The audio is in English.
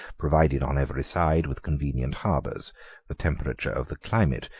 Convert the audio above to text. provided on every side with convenient harbors the temperature of the climate,